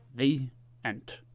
the end.